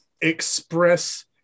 express